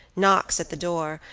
knocks at the door,